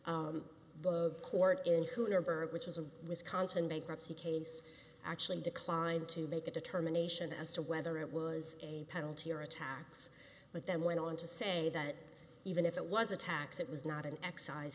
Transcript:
number which was a wisconsin bankruptcy case actually declined to make a determination as to whether it was a penalty or a tax but then went on to say that even if it was a tax it was not an excise